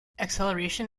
acceleration